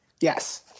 Yes